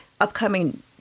upcoming